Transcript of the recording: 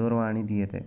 दूरवाणी दीयते